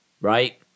right